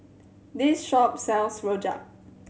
this shop sells rojak